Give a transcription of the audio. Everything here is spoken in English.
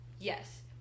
yes